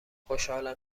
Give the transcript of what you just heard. خوشحالم